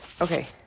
okay